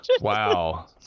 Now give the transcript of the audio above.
Wow